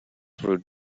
through